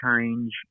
change